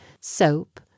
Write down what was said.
soap